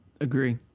Agree